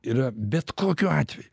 ir bet kokiu atveju